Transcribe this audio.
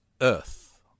earth